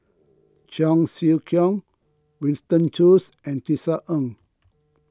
Cheong Siew Keong Winston Choos and Tisa Ng